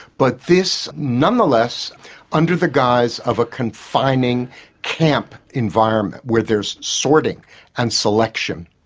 but this nonetheless under the guise of a confining camp environment where there's sorting and selection.